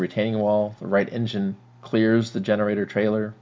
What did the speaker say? retaining wall the right engine clears the generator trailer